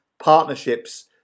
partnerships